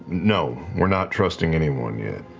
no, we're not trusting anyone yet.